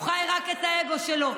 הוא חי רק את האגו שלו,